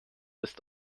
ist